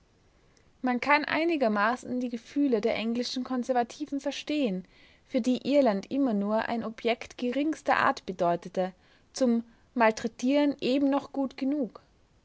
man kann einigermaßen die gefühle der englischen konservativen verstehen für die irland immer nur ein objekt geringster art bedeutete zum malträtieren eben noch gut genug